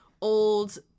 old